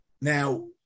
Now